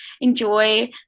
enjoy